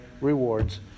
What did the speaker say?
rewards